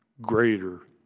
greater